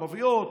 ערביות,